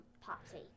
Popsy